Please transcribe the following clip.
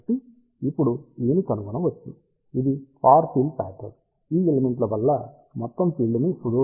కాబట్టి ఇప్పుడు E ని కనుగొనవచ్చు ఇది ఫార్ ఫీల్డ్ ప్యాట్రన్ ఈ ఎలిమెంట్ల వల్ల మొత్తం ఫీల్డ్ ని సుదూర దూరంలో కనుగొనవచ్చు